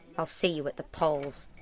i'll see you at the polls.